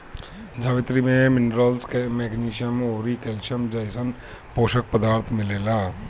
जावित्री में minerals, magnesium अउरी कैल्शियम जइसन पोषक पदार्थ मिलेला